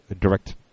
direct